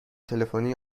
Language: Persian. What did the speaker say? تلفنی